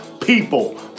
People